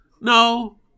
No